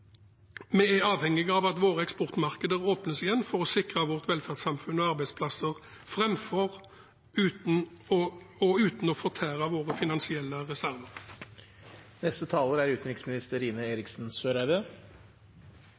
Vi er avhengig av at våre eksportmarkeder åpnes igjen for å sikre vårt velferdssamfunn og arbeidsplasser, og uten å fortære våre finansielle reserver. Takk for både gode innspill og